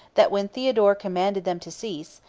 that when theodore commanded them to cease,